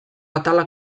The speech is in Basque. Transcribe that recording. atalak